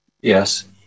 Yes